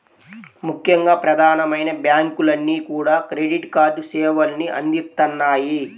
ముఖ్యంగా ప్రధానమైన బ్యాంకులన్నీ కూడా క్రెడిట్ కార్డు సేవల్ని అందిత్తన్నాయి